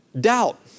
doubt